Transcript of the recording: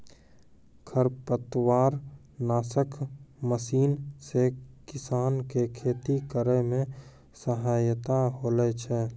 खरपतवार नासक मशीन से किसान के खेती करै मे सहायता होलै छै